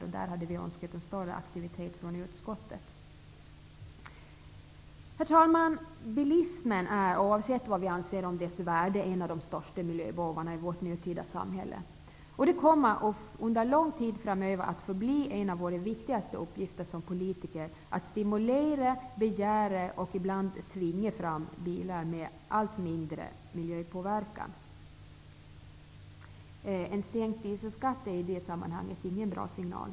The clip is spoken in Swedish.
I det sammanhanget hade vi önskat en större aktivitet från utskottet. Herr talman! Oavsett vad vi anser om bilismens värde är den en av de största miljöbovarna i vårt nutida samhälle. Det kommer under lång tid framöver att förbli en av de viktigaste uppgifterna för oss som politiker att stimulera, begära och ibland tvinga fram bilar som ger allt mindre miljöpåverkan. En sänkt dieselskatt är i detta sammanhang inte någon bra signal.